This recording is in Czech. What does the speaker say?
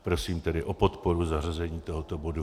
Prosím tedy o podporu zařazení tohoto bodu.